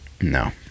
No